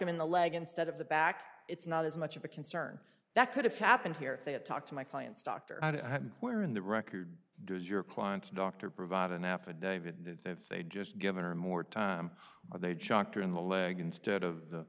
him in the leg instead of the back it's not as much of a concern that could have happened here if they had talked to my client's doctor where in the record does your client doctor provide an affidavit if they just given her more time or they'd shocked her in the leg instead of the